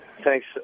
Thanks